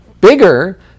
bigger